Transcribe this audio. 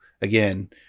again